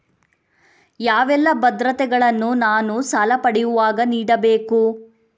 ಯಾವೆಲ್ಲ ಭದ್ರತೆಗಳನ್ನು ನಾನು ಸಾಲ ಪಡೆಯುವಾಗ ನೀಡಬೇಕು?